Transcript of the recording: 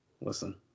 Listen